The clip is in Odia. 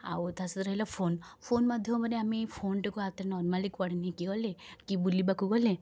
ଆଉ ତା' ସହ ରହିଲା ଫୋନ୍ ଫୋନ୍ ମାଧ୍ୟମରେ ଆମେ ଫୋନଟାକୁ ହାତରେ ନର୍ମାଲି କୁଆଡ଼େ ନେଇକି ଗଲେ କି ବୁଲିବାକୁ ଗଲେ